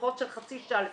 שיחות של חצי שעה לפחות,